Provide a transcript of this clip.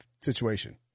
situation